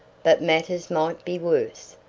but matters might be worse.